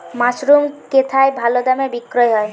Mushroom কেথায় ভালোদামে বিক্রয় হয়?